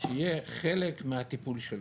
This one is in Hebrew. שיהיה חלק מהטיפול שלו.